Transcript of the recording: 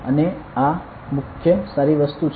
અને આ મુખ્ય સારી વસ્તુ છે